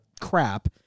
crap